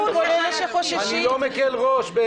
משה, אל תקטין את התופעה, תעשה טובה.